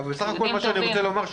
אבל סך הכול מה שאני רוצה לומר,